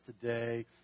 today